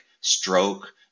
stroke